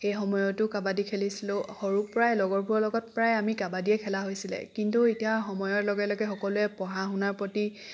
সেই সময়তো কাবাডী খেলিছিলোঁ সৰুৰ পৰাই আমি লগৰবোৰৰ লগত প্ৰায় কাবাডীয়ে খেলা হৈছিলে কিন্তু এতিয়া সময়ৰ লগে লগে সকলোৱে পঢ়া শুনাৰ প্ৰতি